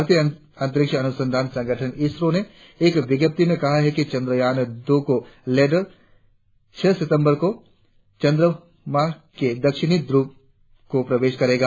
भारतीय अंतरिक्ष अनुसंधान संगठन इसरो ने एक विज्ञप्ति में कहा है कि चंद्रयान दो का लैंडर छह सितंबर को चंद्रमा के दक्षिणी ध्रव को स्पर्श करेगा